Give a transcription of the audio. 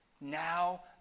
now